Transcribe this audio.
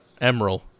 Emerald